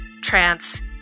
trance